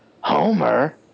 Homer